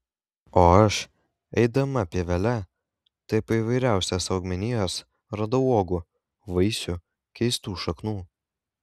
o aš eidama pievele tarp įvairiausios augmenijos radau uogų vaisių keistų šaknų